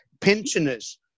pensioners